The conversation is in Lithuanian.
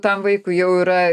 tam vaikui jau yra